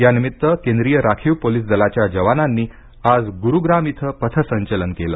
या निमित्त केंद्रीय राखीव पोलीस दलाच्या जवानांनी आज गुरूग्राम इथं पथसंचलन केलं